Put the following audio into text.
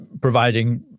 providing